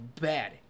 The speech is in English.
bad